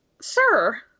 Sir